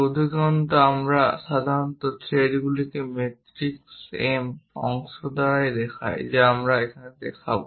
অধিকন্তু আমরা সাধারণত এই থ্রেডগুলিকে মেট্রিক এম অংশ দ্বারা দেখাই যা আমরা দেখাব